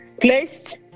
placed